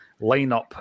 lineup